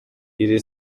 iri